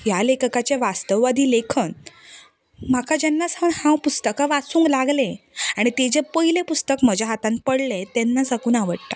ह्या लेखकाचें वास्तववादी लेखन म्हाका जेन्ना सावन हांव पुस्तकां वाचूंक लागलें आनी ताजें पयलें पुस्तक म्हज्या हातांत पडलें तेन्ना साकून आवडटा